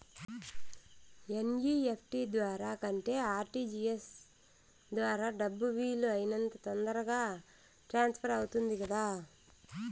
NEFT ద్వారా కంటే RTGS ద్వారా డబ్బు వీలు అయినంత తొందరగా ట్రాన్స్ఫర్ అవుతుంది కదా